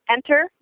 Enter